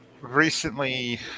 recently